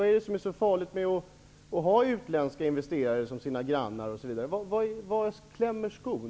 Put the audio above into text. Vad är det som är så farligt med att ha utländska investerare som sina grannar? Var klämmer skon,